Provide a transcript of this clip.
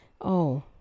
Oh